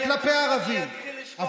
וכלפי ערבים.